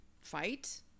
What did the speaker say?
fight